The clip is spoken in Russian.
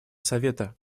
совета